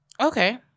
Okay